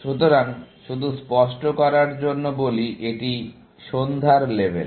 সুতরাং শুধু স্পষ্ট করার জন্য বলি এটি সন্ধ্যার লেভেল